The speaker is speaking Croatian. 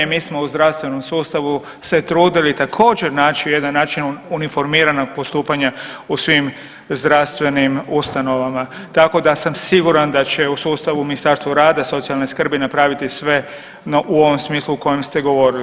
Mi smo u zdravstvenom sustavu se trudili također, naći jedan način uniformiranog postupanja u svim zdravstvenim ustanovama, tako da sam siguran da će u sustavu Ministarstvo rada, socijalne skrbi napraviti sve no u ovom smislu kojem ste govorili.